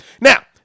Now